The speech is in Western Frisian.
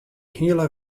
hiele